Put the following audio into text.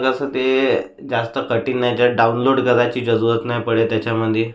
तसं ते जास्त कठीण नाही त्यात डाऊनलोड करायची जरुरत नाही पडे त्याच्यामधे